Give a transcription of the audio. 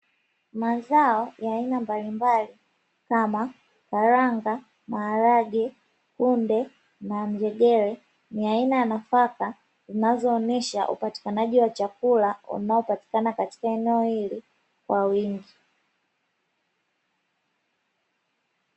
Mazao ya aina mbalimbali kama karanga, maharage, kunde na njegere ni aina za nafaka zinazoonyesha upatikanaji wa chakula ambavyo unaopatikana katika eneo hili kwa wingi